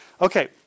Okay